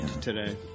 today